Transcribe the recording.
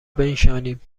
بنشانیم